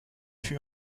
fut